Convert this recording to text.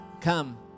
come